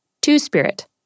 two-spirit